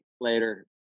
later